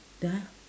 !huh!